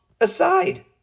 aside